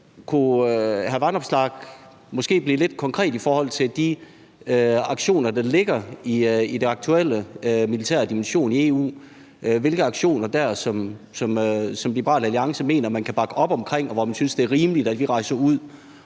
Alex Vanopslagh måske blive lidt konkret i forhold til de aktioner, der aktuelt ligger i den militære dimension i EU, altså med hensyn til hvilke aktioner Liberal Alliance mener man kan bakke op om, og hvor man synes, det er rimeligt, at vi rejser ud